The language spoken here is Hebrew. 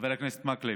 חבר הכנסת מקלב,